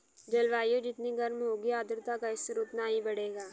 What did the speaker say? जलवायु जितनी गर्म होगी आर्द्रता का स्तर उतना ही बढ़ेगा